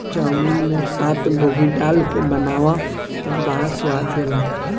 chowmein में पातगोभी डाल के बनावअ तअ बड़ा स्वाद देला